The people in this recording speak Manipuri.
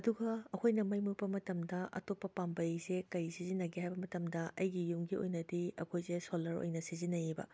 ꯑꯗꯨꯒ ꯑꯩꯈꯣꯏꯅ ꯃꯩ ꯃꯨꯠꯄ ꯃꯇꯝꯗ ꯑꯇꯣꯞꯄ ꯄꯥꯝꯕꯩꯁꯦ ꯀꯩ ꯁꯤꯖꯤꯟꯅꯒꯦ ꯍꯥꯏꯕ ꯃꯇꯝꯗ ꯑꯩꯒꯤ ꯌꯨꯝꯒꯤ ꯑꯣꯏꯅꯗꯤ ꯑꯩꯈꯣꯏꯖꯦ ꯁꯣꯂꯔ ꯑꯣꯏꯅ ꯁꯤꯖꯤꯟꯅꯩꯑꯕ